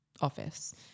office